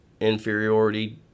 inferiority